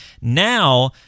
now